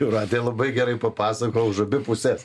jūratė labai gerai papasakojo už abi puses